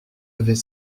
avait